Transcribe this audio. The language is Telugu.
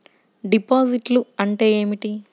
డిపాజిట్లు అంటే ఏమిటి?